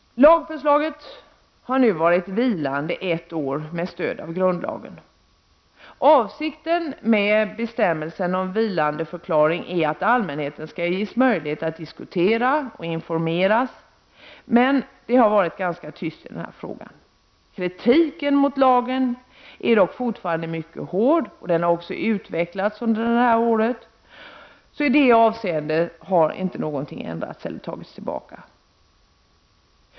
Lagförslaget har nu med stöd av grundlagen varit vilande under ett år. Avsikten med bestämmelsen om vilandeförklaring är att allmänheten skall informeras och ges möjlighet att diskutera, men det har varit ganska tyst i frågan. Kritiken mot lagen står dock fast och den har också utvecklats under de här året — i det avseendet har inte någonting ändrats eller tagits tillbaka.